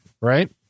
right